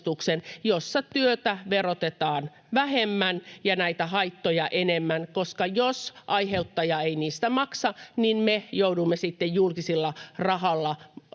jossa työtä verotetaan vähemmän ja näitä haittoja enemmän, koska jos aiheuttaja ei niistä maksa, niin me joudumme sitten